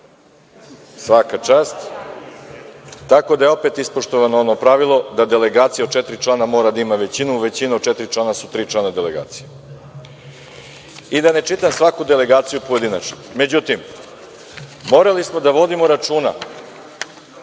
znao.)Svaka čast. Tako da, opet je ispoštovano ono pravilo da delegacija od četiri člana mora da ima većinu, a većina od četiri člana su tri člana delegacije. Da ne čitam svaku delegaciju pojedinačno, međutim, morali smo da vodimo računa